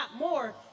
more